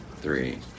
three